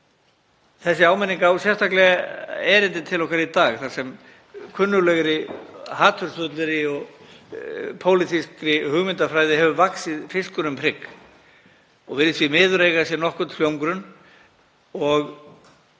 Þessi áminning á sérstaklega erindi til okkar í dag þar sem kunnuglegri hatursfullri og pólitískri hugmyndafræði hefur vaxið fiskur um hrygg. Hún virðist því miður eiga sér nokkurn hljómgrunn og